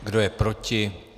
Kdo je proti?